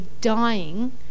dying